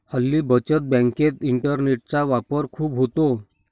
हल्ली बचत बँकेत इंटरनेटचा वापर खूप होतो